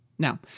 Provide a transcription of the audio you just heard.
Now